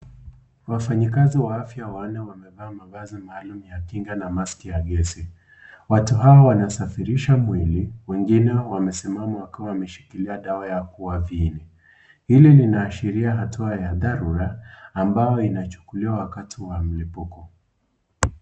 Wafanyakazi wa afya wanne wamevaa mavazi maalum ya kinga na maski ya gesi. Watu hawa wanasafirisha mwili. Wengine wamesimama wakiwa wameshikilia dawa ya kuwa viini. Hili linaashiria hatua ya dharura ambayo inachukuliwa wakati wa mlipuko.